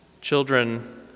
Children